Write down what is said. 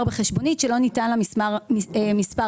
בחשבונית שלא ניתן לה מספר הקצאה.